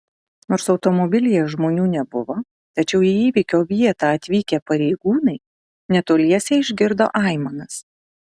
nors automobilyje žmonių nebuvo tačiau į įvykio vietą atvykę pareigūnai netoliese išgirdo aimanas